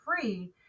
free